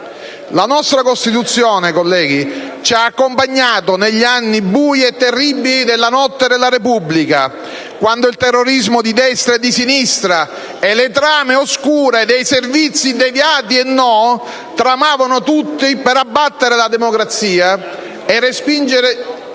La nostra Costituzione, colleghi, ci ha accompagnato negli anni bui e terribili della notte della Repubblica, quando il terrorismo di destra e di sinistra e le trame oscure dei servizi deviati e no tramavano tutti per abbattere la democrazia e restringere